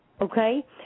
Okay